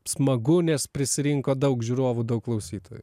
smagu nes prisirinko daug žiūrovų daug klausytojų